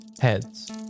heads